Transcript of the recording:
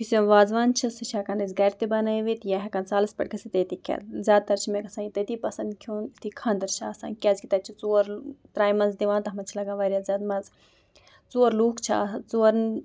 یُس یہِ وازوان چھِ سُہ چھِ ہٮ۪کان أسۍ گَرِ تہِ بَنٲوِتھ یا ہٮ۪کان سالَس پٮ۪ٹھ گٔژھِتھ تٔتی کھٮ۪تھ زیادٕتَر چھِ مےٚ گژھان یہِ تٔتی پَسنٛد کھیوٚن یُتھُے خاندَر چھِ آسان کیٛازِکہِ تَتہِ چھِ ژور ترٛامہِ منٛز دِوان تَتھ منٛز چھِ لگان واریاہ زیادٕ مَزٕ ژور لوٗکھ چھِ آسان ژور